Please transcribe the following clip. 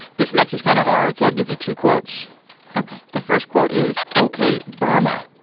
this next one's kind of hard, so i'll give you two quotes ok the first quote is ok, burma.